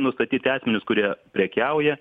nustatyti asmenis kurie prekiauja